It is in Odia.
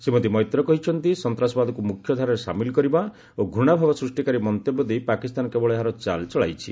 ଶ୍ରୀମତୀ ମୈତ୍ର କହିଛନ୍ତି ସନ୍ତାସବାଦକୁ ମୁଖ୍ୟ ଧାରାରେ ସାମିଲ କରିବା ଓ ଘୁଣାଭାବ ସୃଷ୍ଟିକାରୀ ମନ୍ତବ୍ୟ ଦେଇ ପାକିସ୍ତାନ କେବଳ ଏହାର ଚାଲ୍ ଚଳାଇଛି